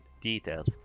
details